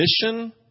mission